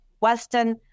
Western